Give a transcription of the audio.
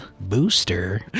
booster